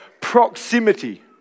proximity